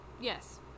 Yes